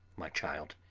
my child,